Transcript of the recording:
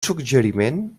suggeriment